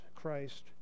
Christ